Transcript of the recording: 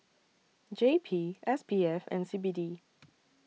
J P S P F and C B D